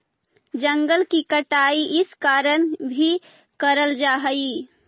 जंगल की कटाई इस कारण भी करल जा हई